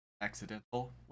accidental